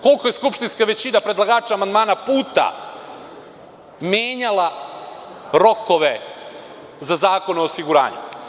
Koliko je skupštinska većina predlagača amandmana puta menjala rokove za Zakon o osiguranju?